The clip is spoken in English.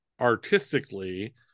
artistically